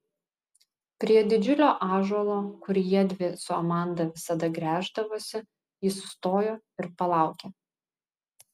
prie didžiulio ąžuolo kur jiedvi su amanda visada gręždavosi ji sustojo ir palaukė